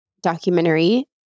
documentary